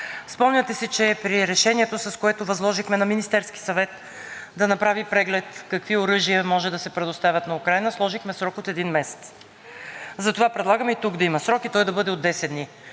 Спомняте си, че при Решението, с което възложихме на Министерския съвет да направи преглед какви оръжия може да се предоставят на Украйна, сложихме срок от един месец. Затова предлагаме и тук да има срок и той да бъде от 10 дни.